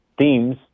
themes